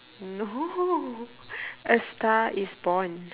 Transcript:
no a star is born